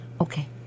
Okay